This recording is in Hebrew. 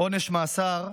עונש מאסר,